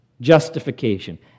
Justification